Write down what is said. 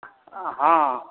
हॅं